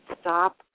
stop